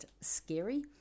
scary